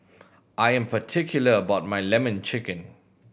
I am particular about my Lemon Chicken